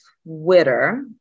Twitter